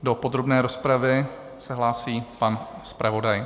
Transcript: Do podrobné rozpravy se hlásí pan zpravodaj.